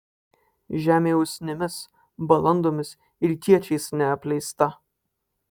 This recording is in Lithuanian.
žemė usnimis balandomis ir kiečiais neapleista